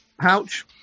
pouch